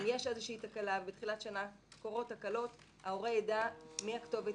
אם יש איזושהי תקלה ובתחילת שנה קורות תקלות ההורה יידע מי הכתובת,